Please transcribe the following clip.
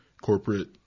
corporate